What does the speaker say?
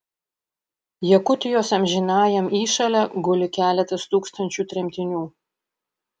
jakutijos amžinajam įšale guli keletas tūkstančių tremtinių